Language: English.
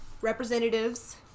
representatives